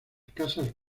casas